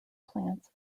plants